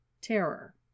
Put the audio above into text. terror